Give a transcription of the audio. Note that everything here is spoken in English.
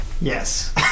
Yes